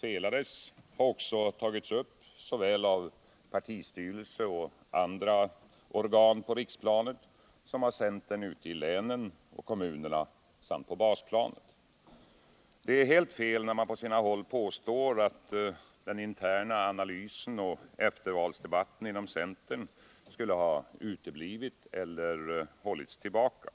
felades har också tagits upp såväl av partistyrelsen och andra organ på riksplanet som av centern i länen och kommunerna samt på basplanet. Det är helt fel när man på sina håll påstår, att den interna analysen och eftervalsdebatten inom centern skulle ha uteblivit eller hållits tillbaka.